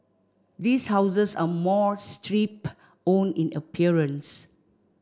these houses are more strip own in appearance